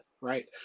right